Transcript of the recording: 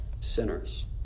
sinners